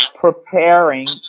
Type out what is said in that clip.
preparing